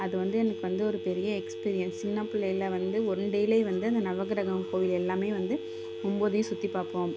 அது வந்து எனக்கு வந்து ஒரு பெரிய எக்ஸ்பீரியன்ஸ் சின்ன பிள்ளைல வந்து ஒன் டேலேயே வந்து அந்த நவக்கிரகம் கோயில் எல்லாமே வந்து ஒம்பதையும் சுற்றி பார்ப்போம்